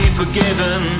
forgiven